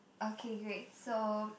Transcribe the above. okay great so